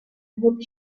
hope